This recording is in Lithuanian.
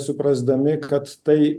suprasdami kad tai